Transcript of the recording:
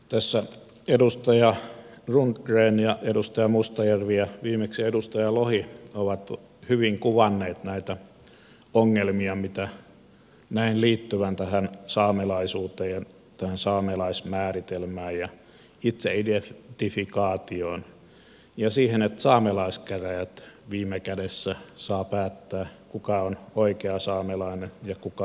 tässä edustaja rundgren edustaja mustajärvi ja viimeksi edustaja lohi ovat hyvin kuvanneet näitä ongelmia mitä näen liittyvän tähän saamelaisuuteen saamelaismääritelmään itseidentifikaatioon ja siihen että saamelaiskäräjät viime kädessä saa päättää kuka on oikea saamelainen ja kuka ei sitä ole